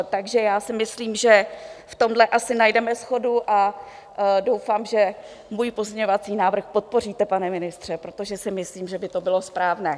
Takže já si myslím, že v tomhle asi najdeme shodu, a doufám, že můj pozměňovací návrh podpoříte, pane ministře, protože si myslím, že by to bylo správné.